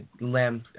Lamb